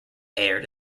aired